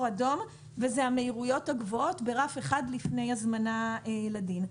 אדום ואלה המהירויות הגבוהות ברף אחד לפני הזמנה לדין.